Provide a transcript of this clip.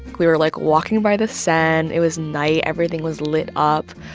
we were, like, walking by the sand. it was night. everything was lit up.